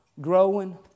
Growing